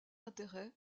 intérêt